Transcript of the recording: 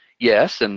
yes, and